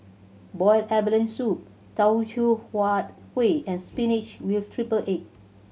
boiled abalone soup Teochew Huat Kueh and spinach with triple egg